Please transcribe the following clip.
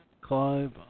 Clive